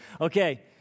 Okay